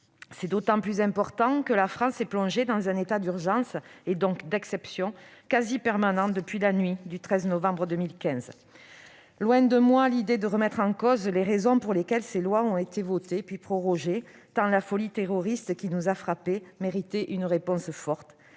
C'est d'autant plus important que la France est plongée dans un état d'urgence- et donc d'exception -quasi permanent depuis la nuit du 13 novembre 2015. Loin de moi l'idée de remettre en cause les raisons pour lesquelles ces lois ont été votées, puis prorogées, tant la folie terroriste qui nous a frappés méritait une réponse forte,